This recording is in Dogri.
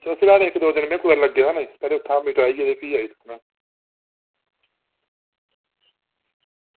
ते फिलहाल इक दो दिन में कुदै लग्गे दा नी ते पैह्लें उत्थें दा निपटाइयै ते फ्ही आई सकना